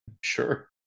Sure